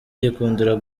yikundira